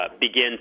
begin